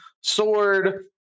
sword